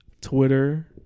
Twitter